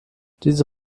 diese